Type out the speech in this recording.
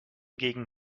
gegen